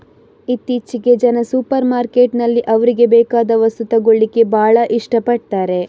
ಇತ್ತೀಚೆಗೆ ಜನ ಸೂಪರ್ ಮಾರ್ಕೆಟಿನಲ್ಲಿ ಅವ್ರಿಗೆ ಬೇಕಾದ ವಸ್ತು ತಗೊಳ್ಳಿಕ್ಕೆ ಭಾಳ ಇಷ್ಟ ಪಡ್ತಾರೆ